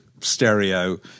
stereo